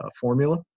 formula